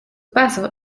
paso